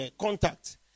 contact